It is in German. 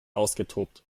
ausgetobt